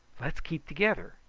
let's keep together.